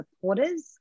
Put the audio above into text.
supporters